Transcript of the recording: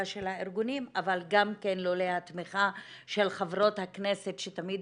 של הארגונים אבל גם לולא התמיכה של חברות הכנסת שתמיד